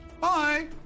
Bye